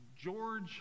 George